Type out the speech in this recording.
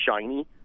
shiny